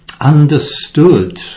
understood